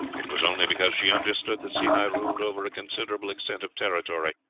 it was only because she understood that sehi ruled over a considerable extent of territory,